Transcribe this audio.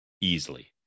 easily